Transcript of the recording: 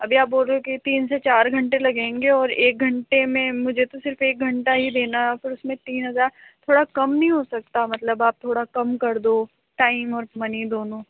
अभी आप बोल रहे हो की तीन से चार घंटे लगेंगे और एक घंटे में मुझे तो सिर्फ एक घंटा ही देना है फिर उसमें तीन हज़ार थोड़ा कम नहीं हो सकता मतलब आप थोड़ा कम कर दो टाइम और मनी दोनों